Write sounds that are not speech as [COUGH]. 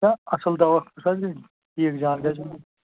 کانہہ اَصٕل دوا یُس حظ [UNINTELLIGIBLE] ٹھیٖک جان گَژھہِ